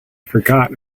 forgot